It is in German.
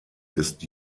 ist